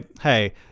Hey